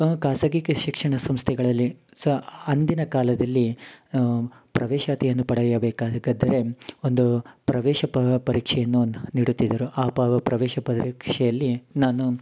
ಖಾಸಗಿ ಶಿಕ್ಷಣ ಸಂಸ್ಥೆಗಳಲ್ಲಿ ಸಾ ಅಂದಿನ ಕಾಲದಲ್ಲಿ ಪ್ರವೇಶಾತಿಯನ್ನು ಪಡೆಯಬೇಕಾಗಿದ್ದರೆ ಒಂದು ಪ್ರವೇಶ ಪರೀಕ್ಷೆಯನ್ನು ನೀಡುತಿದ್ದರು ಆ ಪ್ರವೇಶ ಪರೀಕ್ಷೆಯಲ್ಲಿ ನಾನು